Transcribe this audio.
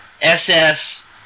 SS